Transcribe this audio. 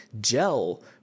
gel